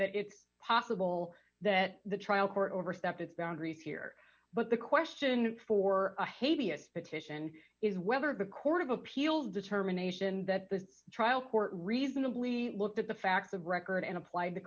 that it's possible that the trial court overstepped its boundaries here but the question for a haiti it petition is whether the court of appeal determination that the trial court reasonably looked at the facts of record and applied t